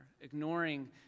ignoring